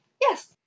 Yes